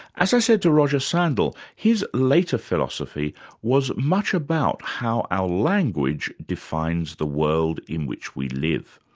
as i said to roger sandall, his later philosophy was much about how our language defines the world in which we live.